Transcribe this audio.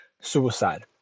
suicide